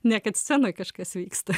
ne kad scenoj kažkas vyksta